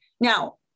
Now